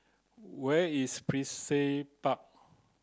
where is Brizay Park